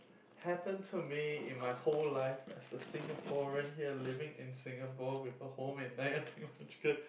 happened to me in my whole life as a Singaporean here living in Singapore with a home in Nanyang-Technological